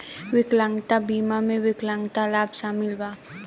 विकलांगता बीमा में विकलांगता लाभ शामिल बा